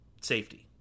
safety